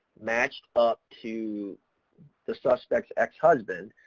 matched up to the suspect's ex-husband,